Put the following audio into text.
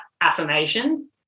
affirmation